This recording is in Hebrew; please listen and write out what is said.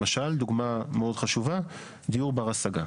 למשל, דוגמה מאוד חשובה, דיור בר-השגה.